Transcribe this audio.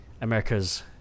America's